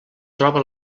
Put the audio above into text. troba